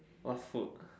what food